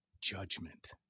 judgment